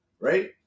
right